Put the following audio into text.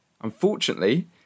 Unfortunately